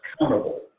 accountable